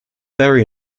barry